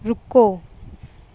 ਰੁਕੋ